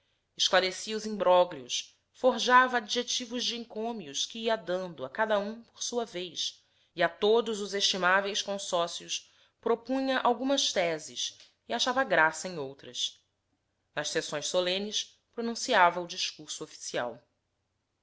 esclarecia os imbróglios forjava adjetivos de encômio que ia dando a cada um por sua vez e a todos os estimáveis consócios propunha algumas teses e achava graça em outras nas sessões solenes pronunciava o discurso oficial